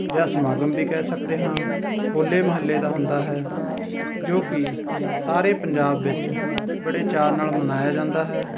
ਜਾਂ ਸਮਾਗਮ ਵੀ ਕਹਿ ਸਕਦੇ ਹਾਂ ਹੋਲੇ ਮਹੱਲੇ ਦਾ ਹੁੰਦਾ ਹੈ ਜੋ ਕਿ ਸਾਰੇ ਪੰਜਾਬ ਵਿੱਚ ਬੜੇ ਚਾਅ ਨਾਲ ਮਨਾਇਆ ਜਾਦਾ ਹੈ